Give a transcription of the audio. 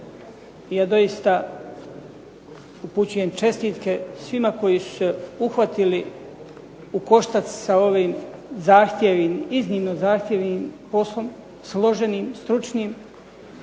Ja doista upućujem čestitke svima koji su se uhvatili u koštac sa ovim zahtjevnim, iznimno zahtjevnim poslom, složenim, stručnim